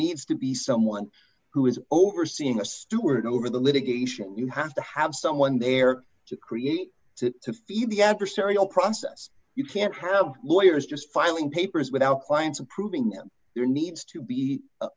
needs to be someone who is overseeing a steward over the litigation you have to have someone there to create to you the adversarial process you can't have lawyers just filing papers without clients and proving there needs to be